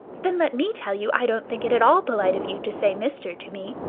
then let me tell you i don't think it at all polite of you to say mister to me.